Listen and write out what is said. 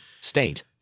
state